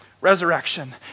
resurrection